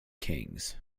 kings